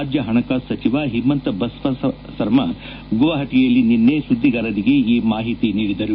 ರಾಜ್ಯ ಹಣಕಾಸು ಸಚಿವ ಹಿಮಂತ ಬಸ್ತಸರ್ಮಾ ಗುವಾಹಟಯಲ್ಲಿ ನಿನ್ನೆ ಸುದ್ದಿಗಾರರಿಗೆ ಈ ಮಾಹಿತಿ ನೀಡಿದರು